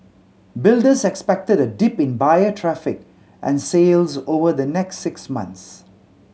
builders expected a dip in buyer traffic and sales over the next six months